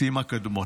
סימה קדמון.